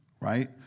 right